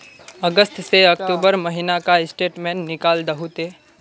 अगस्त से अक्टूबर महीना का स्टेटमेंट निकाल दहु ते?